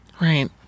Right